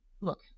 look